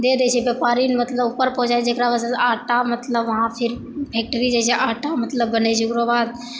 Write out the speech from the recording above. दऽ दै छै व्यापारी मतलब उपर पहुँचाबै छै जकरा वजहसँ आटा मतलब वहाँ फेर फैक्ट्री जाइ छै आटा मतलब बनै छै ओकरोबाद